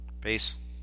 Peace